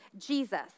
Jesus